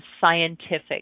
scientific